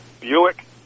Buick